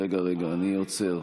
רגע, אני עוצר.